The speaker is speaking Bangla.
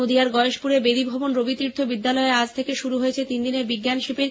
নদীয়ার গয়েশপুরে বেদীভবন রবিতীর্থ বিদ্যালয়ে আজ থেকে শুরু হয়েছে তিন দিনের বিজ্ঞান শিবির